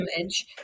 image